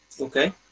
okay